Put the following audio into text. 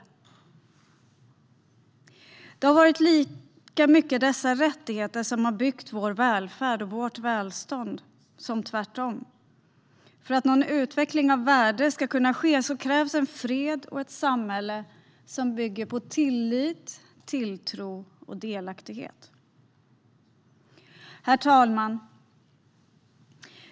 Det har lika mycket varit dessa rättigheter som byggt vår välfärd och vårt välstånd som tvärtom. För att någon utveckling av värde ska kunna ske krävs fred och ett samhälle som bygger på tillit, tilltro och delaktighet. Herr talman!